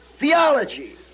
theology